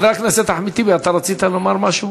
חבר הכנסת אחמד טיבי, רצית לומר משהו?